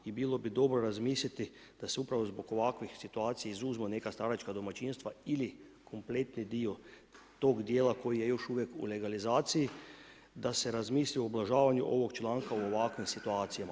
I bilo bi dobro razmisliti da se upravo zbog ovakvih situacija izuzmu neka staračka domaćinstva ili kompletni dio tog djela koji je još uvijek u legalizaciji da se razmisli o ublažavanju ovog članka u ovakvim situacijama.